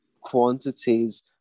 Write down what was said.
quantities